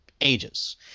ages